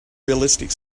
realistic